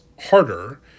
harder